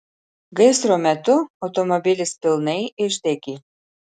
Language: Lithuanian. gaisro metu automobilis pilnai išdegė